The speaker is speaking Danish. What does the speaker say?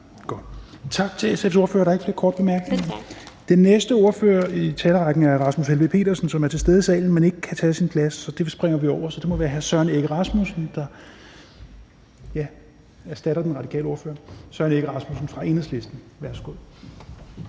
Tak til SF's ordfører. Der er ikke flere korte bemærkninger. Den næste ordfører i talerrækken er Rasmus Helveg Petersen, som er til stede i salen, men ikke kan indtage sin plads, så ham springer vi over. Så det må være hr. Søren Egge Rasmussen fra Enhedslisten, der erstatter den radikale ordfører. Værsgo. Kl. 13:09 (Ordfører) Søren Egge